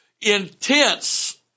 intense